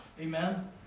Amen